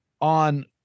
on